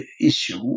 issue